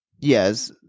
Yes